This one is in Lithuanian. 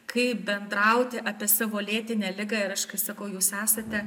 kaip bendrauti apie savo lėtinę ligą ir aš kai sakau jūs esate